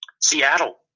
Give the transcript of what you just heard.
Seattle